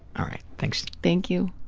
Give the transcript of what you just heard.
all right, thanks. thank you.